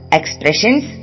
expressions